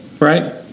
right